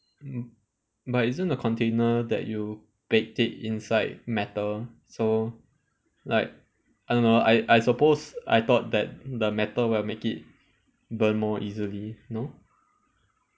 mm but isn't the container that you bake it inside matter so like I don't know I I suppose I thought that the metal will make it burn more easily no